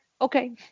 Okay